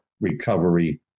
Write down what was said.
recovery